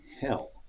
hell